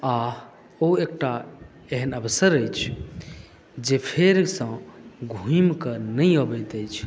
आ ओ एकटा एहन अवसर अछि जे फेर सँ घुमिकऽ नहि अबैत अछि